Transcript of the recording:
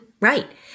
Right